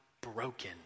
broken